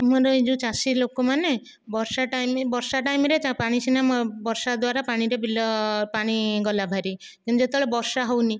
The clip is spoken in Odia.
ଆମର ଯେଉଁ ଚାଷୀ ଲୋକମାନେ ବର୍ଷା ଟାଇମ ବର୍ଷା ଟାଇମରେ ପାଣି ସିନା ବର୍ଷା ଦ୍ୱାରା ପାଣିରେ ବିଲ ପାଣି ଗଲା ବାହାରି କିନ୍ତୁ ଯେତେବେଳେ ବର୍ଷା ହେଉନି